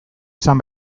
izan